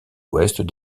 ouest